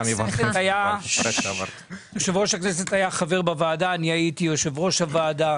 היה חבר בוועדה כאשר אני הייתי יושב-ראש הוועדה.